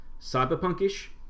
cyberpunk-ish